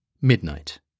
midnight